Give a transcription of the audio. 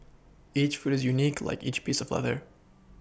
each foot is unique like each piece of leather